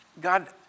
God